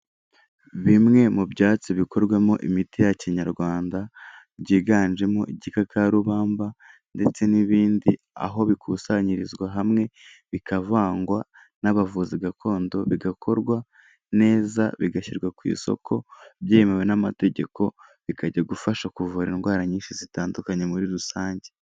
Bimwe mu byatsi bikorwamo imiti ya Kinyarwanda, byiganjemo igikakarubamba ndetse n'ibindi, aho bikusanyirizwa hamwe bikavangwa n'abavuzi gakondo, bigakorwa neza bigashyirwa ku isoko, byemewe n'amategeko, bikajya gufasha kuvura indwara nyinshi zitandukanye muri rusange.